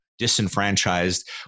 disenfranchised